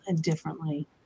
differently